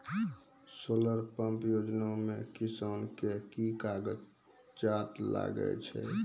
Solar pump योजना म किसान के की कागजात लागै छै?